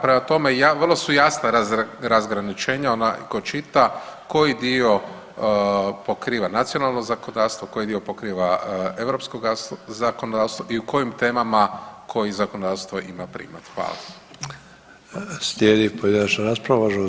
Prema tome, vrlo su jasna razgraničenja onaj ko čita koji dio pokriva nacionalno zakonodavstvo, koji dio pokriva europsko zakonodavstvo i u kojim temama koji zakonodavstvo ima primat.